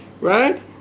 Right